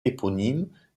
éponyme